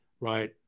Right